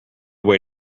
way